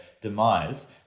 demise